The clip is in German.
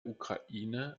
ukraine